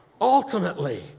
ultimately